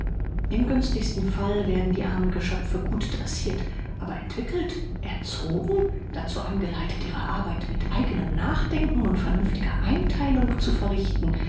im günstigsten fall werden die armen geschöpfe gut dressirt aber entwickelt erzogen dazu angeleitet ihre arbeit mit eigenem nachdenken und vernünftiger eintheilung zu verrichten